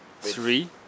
three